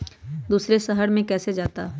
दूसरे शहर मे कैसे जाता?